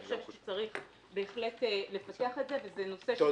אני חושבת שצריך בהחלט לפתח את זה ובנושא --- אני